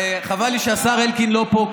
חבל לי שהשר אלקין לא פה,